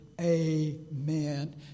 Amen